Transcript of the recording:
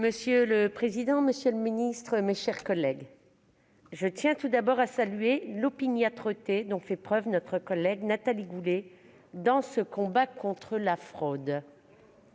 Monsieur le président, monsieur le ministre, mes chers collègues, je tiens tout d'abord à saluer l'opiniâtreté dont fait preuve notre collègue Nathalie Goulet dans son combat contre la fraude.